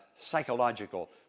psychological